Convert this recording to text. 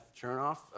Chernoff